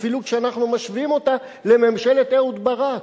אפילו כשאנחנו משווים אותה לממשלת אהוד ברק,